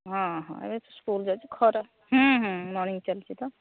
ହଁ ହଁ ଏ ସ୍କୁଲ୍ ଯାଉଛି ଖରା ମର୍ଣ୍ଣିଂ ଚାଲିଛି ତ